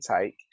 take